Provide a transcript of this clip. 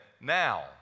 now